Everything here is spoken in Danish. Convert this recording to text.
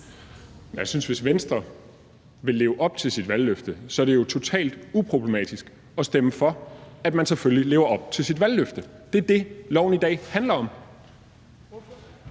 Jeg synes, at hvis Venstre vil leve op til sit valgløfte, er det jo totalt uproblematisk at stemme for det her, så man lever op til sit valgløfte. Det er det, lovforslaget i dag handler om.